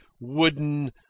wooden